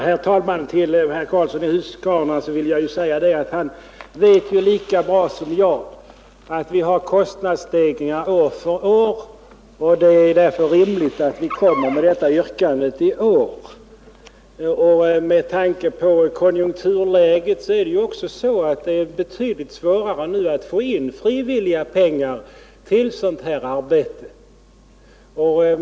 Herr talman! Herr Karlsson i Huskvarna vet lika väl som jag att vi har kostnadsstegringar år för år. Det är därför rimligt att komma med detta yrkande i år. Med tanke på konjunkturläget är det också betydligt svårare nu att få in pengar på frivillig väg till sådant här arbete.